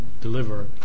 deliver